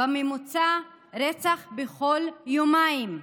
בממוצע רצח בכל יומיים.